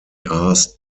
asked